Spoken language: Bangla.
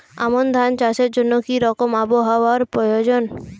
আমন ধান চাষের জন্য কি রকম আবহাওয়া প্রয়োজন?